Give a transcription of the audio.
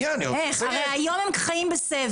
הרי היום הם חיים בסבל.